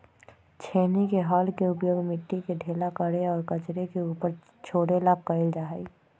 छेनी के हल के उपयोग मिट्टी के ढीला करे और कचरे के ऊपर छोड़े ला कइल जा हई